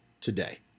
today